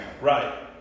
Right